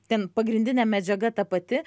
ten pagrindinė medžiaga ta pati